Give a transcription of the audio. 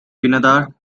pindar